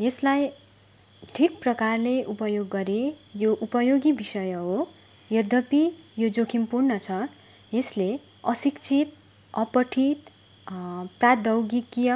यसलाई ठिक प्रकारले उपयोग गरे यो उपयोगी विषय हो यद्यपि यो जोखिमपूर्ण छ यसले अशिक्षित अपठित प्राद्योगिकीय